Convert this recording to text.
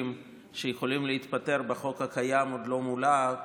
שיכולים להתפטר בחוק הקיים עוד לא מולאה,